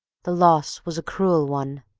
the loss was a cruel one,